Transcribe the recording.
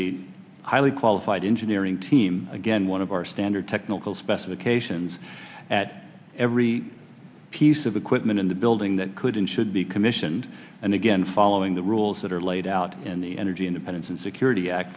a highly qualified engineering team again one of our standard technical specification at every piece of equipment in the building that could and should be commissioned and again following the rules that are laid out in the energy independence and security act